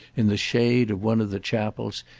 in the shade of one of the chapels,